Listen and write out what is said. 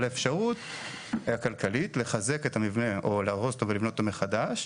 על האפשרות הכלכלית לחזק את המבנה או להרוס אותו ולבנות אותו מחדש,